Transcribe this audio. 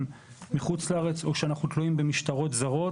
מחוץ לארץ או שאנחנו תלויים במשטרות זרות.